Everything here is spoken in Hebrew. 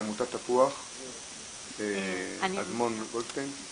עמותת תפוח, ענבר אדמון גולדשטיין.